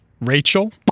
Rachel